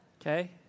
okay